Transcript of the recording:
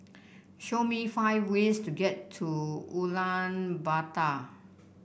show me five ways to get to Ulaanbaatar